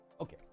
Okay